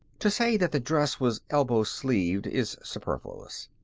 to say that the dress was elbow-sleeved is superfluous.